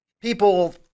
people